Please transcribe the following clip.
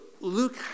Luke